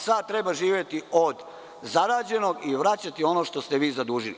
Sada treba živeti od zarađenog, a vraćati ono što ste vi zadužili.